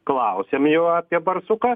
klausiam jau apie barsuką